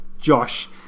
Josh